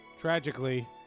Tragically